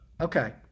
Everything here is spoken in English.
okay